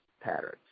patterns